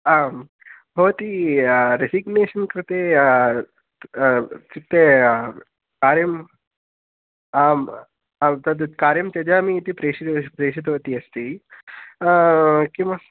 आम् भवती रेसिग्नेशन् कृते इत्युक्ते कार्यम् आम् आं तद् कार्यं त्यजामि इति प्रेशितवती अस्ति किमस्ति